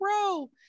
bro